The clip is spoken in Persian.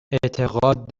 اعتقاد